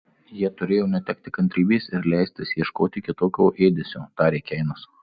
jie turėjo netekti kantrybės ir leistis ieškoti kitokio ėdesio tarė keinas